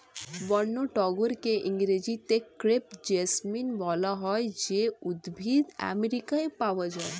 বন্য টগরকে ইংরেজিতে ক্রেপ জেসমিন বলা হয় যে উদ্ভিদ আমেরিকায় পাওয়া যায়